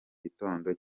gitondo